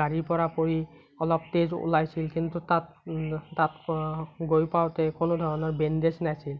গাড়ীৰ পৰা পৰি অলপ তেজ ওলাইছিল কিন্তু তাত তাত গৈ পাওঁতে কোনো ধৰণৰ বেন্দেজ নাছিল